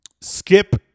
Skip